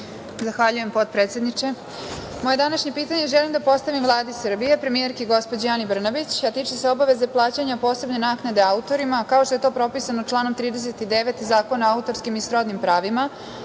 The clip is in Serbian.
Zahvaljujem, potpredsedniče. Moje današnje pitanje želim da postavim Vladi Srbije, premijerki gospođi Ani Brnabić, a tiče se obaveze plaćanja posebne naknade autorima, kao što je to propisano članom 39. Zakona o autorskim i srodnim pravima